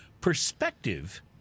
Perspective